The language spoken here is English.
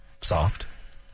Soft